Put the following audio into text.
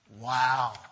Wow